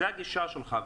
זאת הגישה שלך.